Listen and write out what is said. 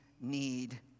need